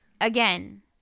again